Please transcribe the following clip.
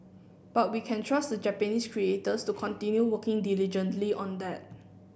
but we can trust the Japanese creators to continue working diligently on that